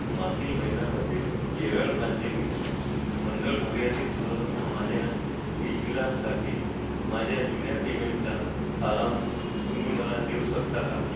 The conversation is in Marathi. मागील महिन्यामध्ये केरळ राज्य विद्युत मंडळ मर्यादीतसह माझ्या वीज बिलांसाठी माझ्या जुन्या पेमेंटच्या सारांश तुम्ही मला देऊ शकता का